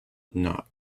not